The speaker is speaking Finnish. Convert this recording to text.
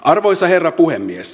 arvoisa herra puhemies